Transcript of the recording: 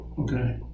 Okay